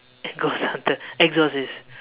ghost hunter exorcist